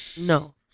No